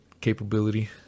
capability